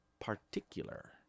particular